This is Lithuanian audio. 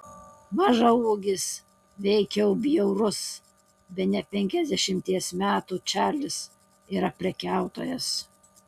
mažaūgis veikiau bjaurus bene penkiasdešimties metų čarlis yra prekiautojas